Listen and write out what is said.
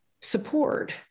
support